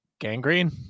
gangrene